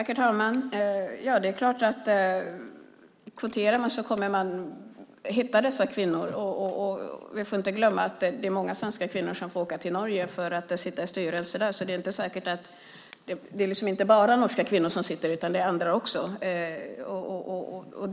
Herr talman! Det är klart att om man kvoterar hittar man dessa kvinnor. Vi får inte glömma att det är många svenska kvinnor som får åka till Norge för att sitta i styrelser där. Det är inte bara norska kvinnor som sitter i styrelserna utan det är andra kvinnor också.